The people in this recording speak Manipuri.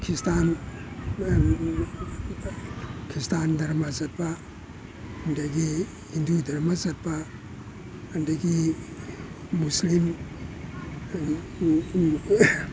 ꯈ꯭ꯔꯤꯁꯇꯥꯟ ꯈ꯭ꯔꯤꯁꯇꯥꯟ ꯙꯔꯃ ꯆꯠꯄ ꯑꯗꯒꯤ ꯍꯤꯟꯗꯨ ꯙꯔꯃ ꯆꯠꯄ ꯑꯗꯒꯤ ꯃꯨꯁꯂꯤꯝ